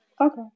Okay